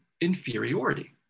inferiority